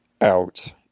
out